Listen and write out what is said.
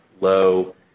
low